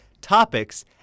topics